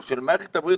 או של מערכת הבריאות,